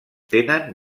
tenen